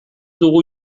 dugu